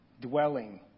dwelling